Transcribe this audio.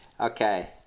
okay